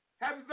Happy